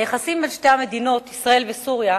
היחסים בין שתי המדינות, ישראל וסוריה,